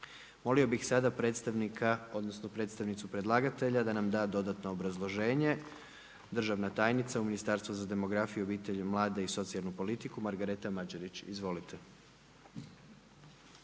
Molio bih sada predstavnika, odnosno predstavnicu predlagatelja da nam da dodatno obrazloženje. Državna tajnica u Ministarstvu za demografiju, obitelj i mlade i socijalnu politiku Margareta Mađerić. Izvolite.